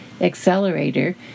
accelerator